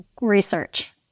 research